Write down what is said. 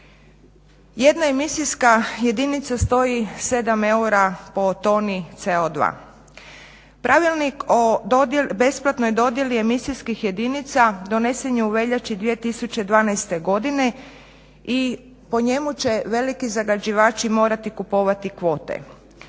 Jedna emisijska jedinica stoji 7 eura po toni CO2. Pravilnik o besplatnoj dodjeli emisijskih jedinica donese je u veljači 2012.godine i po njemu će veliki zagađivači morati kupovati kvote.